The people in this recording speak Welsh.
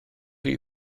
chi